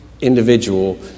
individual